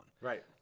Right